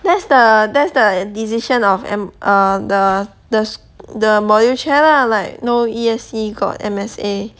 that's the that's the decision of um err the the the module chair lah like no E_S_E got M_S_A